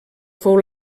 fou